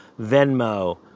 venmo